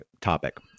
topic